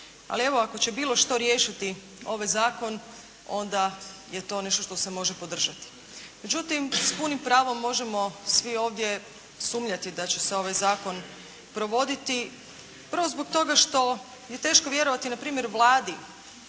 Ali, evo ako će bilo što riješiti ovaj zakon, onda je to nešto što se može podržati. Međutim, s punim pravo možemo svi ovdje sumnjati da će se ovaj zakon provoditi. Prvo, zbog toga što je teško vjerovati npr. Vladi